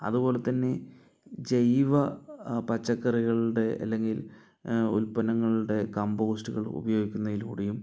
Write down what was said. അതുപോലെ തന്നെ ജൈവ പച്ചക്കറികളുടെ അല്ലെങ്കിൽ ഉൽപ്പന്നങ്ങളുടെ കംപോസ്റ്റുകൾ ഉപയോഗിക്കുന്നതിലൂടെയും